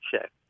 check